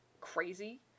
crazy